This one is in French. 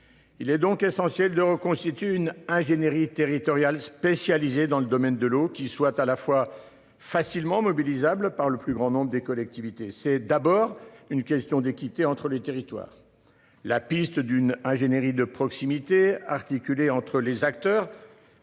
Il est donc essentiel de reconstitue une ingénierie territoriale spécialisé dans le domaine de l'eau qui soit à la fois facilement mobilisables par le plus grand nombre des collectivités. C'est d'abord une question d'équité entre les territoires. La piste d'une ingénierie de proximité. Articulé entre les acteurs.